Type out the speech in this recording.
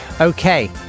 Okay